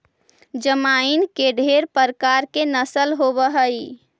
जमाइन के ढेर प्रकार के नस्ल होब हई